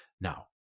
Now